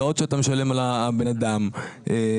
ההוצאות שאתה משלם על הבן אדם במוניות